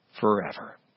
forever